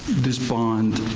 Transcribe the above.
this bond.